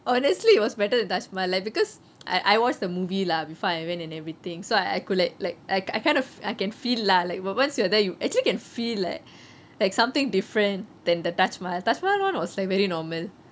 honestly it was better taj mahal like because I I watched the movie lah before I went and everything so I could like like I kind of I can feel lah like once you are there actually can feel like like something different than the taj mahal taj mahal one was like very normal